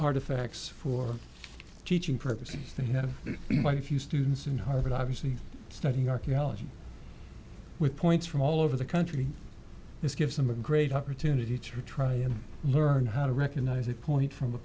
artifacts for teaching purposes they have a few students in harvard obviously studying archaeology with points from all over the country this gives them a great opportunity to try and learn how to recognise a point from a